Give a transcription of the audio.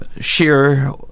Share